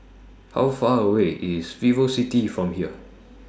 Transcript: How Far away IS Vivocity from here